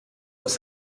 was